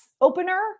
opener